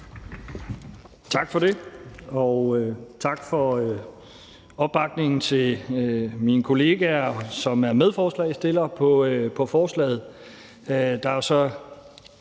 Tak for det, og tak for opbakningen til mine kollegaer, som er medforslagsstillere på forslaget.